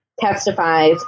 testifies